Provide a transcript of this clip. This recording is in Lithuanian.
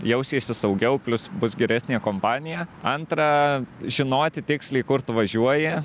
jausiesi saugiau plius bus geresnė kompanija antra žinoti tiksliai kur tu važiuoji